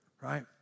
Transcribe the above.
right